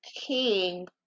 king